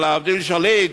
או להבדיל שליט,